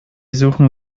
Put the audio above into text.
suchen